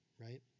right